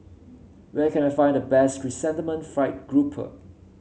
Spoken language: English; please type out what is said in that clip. where can I find the best Chrysanthemum Fried Grouper